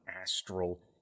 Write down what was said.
astral